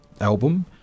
album